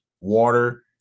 water